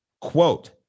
quote